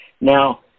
Now